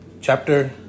chapter